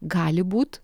gali būt